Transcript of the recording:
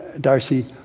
Darcy